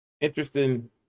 Interesting